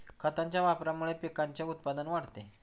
खतांच्या वापरामुळे पिकाचे उत्पादन वाढते